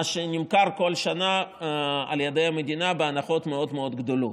מה שנמכר בכל שנה על ידי המדינה בהנחות מאוד מאוד גדולות.